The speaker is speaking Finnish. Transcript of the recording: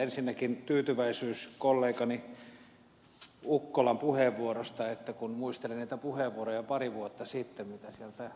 ensinnäkin tyytyväisyys kollegani ukkolan puheenvuorosta että kun muistelen niitä puheenvuoroja pari vuotta sitten mitä sieltä